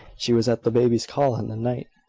she was at the baby's call in the night.